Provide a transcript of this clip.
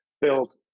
built